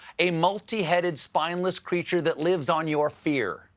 a multiheaded spineless creature that lives on your fear.